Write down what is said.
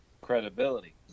credibility